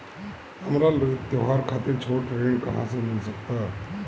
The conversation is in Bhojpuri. हमरा त्योहार खातिर छोट ऋण कहाँ से मिल सकता?